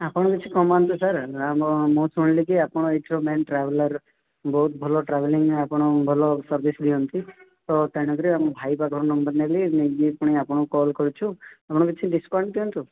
ଆପଣ କିଛି କମାନ୍ତୁ ସାର୍ ନା ମୁଁ ମୁଁ ଶୁଣିଲି କି ଆପଣ ଏଠି ମେନ୍ ଟ୍ରାଭେଲର୍ ବହୁତ ଭଲ ଟ୍ରାଭେଲିଂ ଆପଣ ଭଲ ସର୍ଭିସ୍ ଦିଅନ୍ତି ତ ତେଣୁ କରି ଆମ ଭାଇ ପାଖରୁ ନମ୍ବର୍ ନେଲି ନେଇକି ପୁଣି ଆପଣଙ୍କୁ କଲ୍ କରିଛୁ ଆପଣ କିଛି ଡିସକାଉଣ୍ଟ୍ ଦିଅନ୍ତୁ